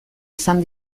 izan